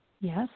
Yes